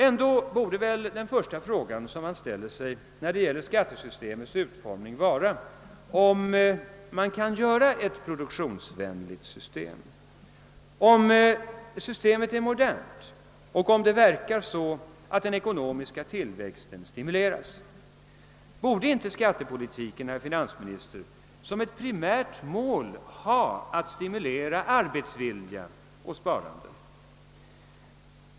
Ändock borde väl den första fråga som man ställer sig när det gäller skattesystemets utformning vara om det är produktionsvänligt, om det är modernt och om det verkar så att den ekonomiska tillväxten stimuleras. Borde inte skattepolitiken, herr finansminister, som ett primärt mål ha att stimulera arbetsvilja och sparande?